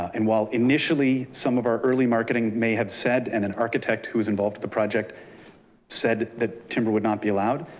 and while initially some of our early marketing may have said, and an architect who was involved with the project said that timber would not be allowed,